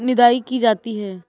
निदाई की जाती है?